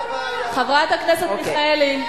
לא מתאים לך, חברת הכנסת מיכאלי,